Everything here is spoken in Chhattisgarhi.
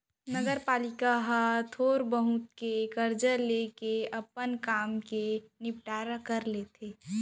नगरपालिका ह थोक बहुत के करजा लेके अपन काम के निंपटारा कर लेथे